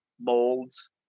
molds